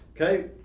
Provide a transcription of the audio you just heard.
okay